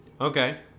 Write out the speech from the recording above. Okay